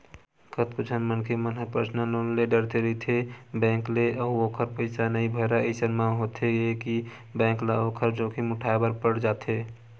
कतको झन मनखे मन ह पर्सनल लोन ले डरथे रहिथे बेंक ले अउ ओखर पइसा नइ भरय अइसन म होथे ये के बेंक ल ओखर जोखिम उठाय बर पड़ जाथे